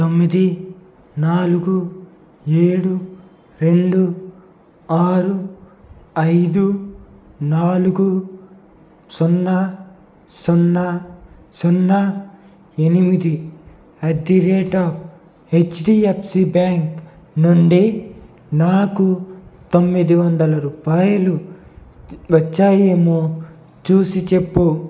తొమ్మిది నాలుగు ఏడు రెండు ఆరు ఐదు నాలుగు సున్నా సున్నా సున్నా ఎనిమిది at the rate of HDFC bank నుండి నాకు తొమ్మిది వందల రూపాయలు వచ్చాయి ఏమో చూసి చెప్పు